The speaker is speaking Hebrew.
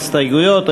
הסתייגויות,